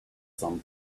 some